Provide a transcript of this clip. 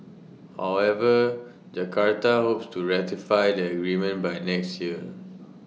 however Jakarta hopes to ratify the agreement by next year